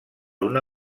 una